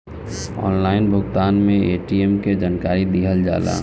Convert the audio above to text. Online भुगतान में ATM के जानकारी दिहल जाला?